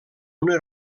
una